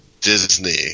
Disney